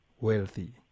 wealthy